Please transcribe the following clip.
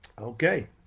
Okay